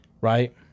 Right